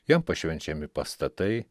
jam pašvenčiami pastatai